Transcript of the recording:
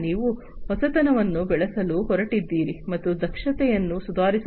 ನೀವು ಹೊಸತನವನ್ನು ಬೆಳೆಸಲು ಹೊರಟಿದ್ದೀರಿ ಮತ್ತು ದಕ್ಷತೆಯನ್ನು ಸುಧಾರಿಸುತ್ತೀರಿ